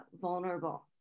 vulnerable